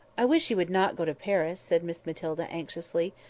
i wish he would not go to paris, said miss matilda anxiously.